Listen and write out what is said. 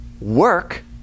work